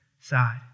side